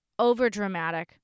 overdramatic